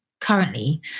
currently